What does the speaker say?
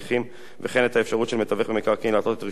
וכן את האפשרות של מתווך במקרקעין להתלות את רשיונו מרצון.